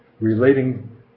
relating